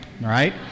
right